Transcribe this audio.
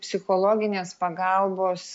psichologinės pagalbos